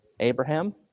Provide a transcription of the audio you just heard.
Abraham